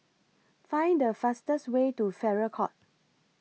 Find The fastest Way to Farrer Court